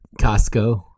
Costco